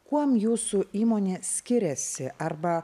kuom jūsų įmonė skiriasi arba